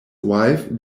wife